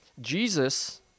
Jesus